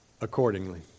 accordingly